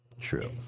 True